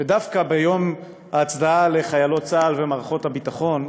דווקא ביום ההצדעה לחיילות צה"ל ומערכות הביטחון,